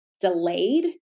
delayed